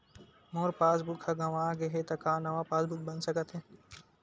मोर passbook ह गंवा गे हे त का नवा पास बुक बन सकथे?